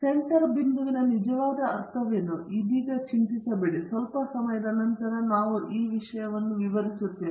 centre ಬಿಂದುವಿನಿಂದ ನಿಜವಾಗಿ ಅರ್ಥವೇನು ಇದೀಗ ಚಿಂತಿಸಬೇಡಿ ಸ್ವಲ್ಪ ಸಮಯದ ನಂತರ ನಾವು ವಿಶಯಕ್ಕೆ ಬರುತ್ತೇವೆ